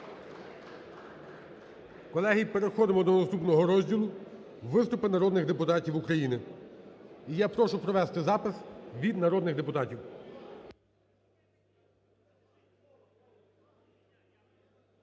Колеги, переходимо до наступного розділу – виступи народних депутатів України. І я прошу провести запис від народних депутатів.